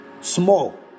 small